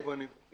מקוונים.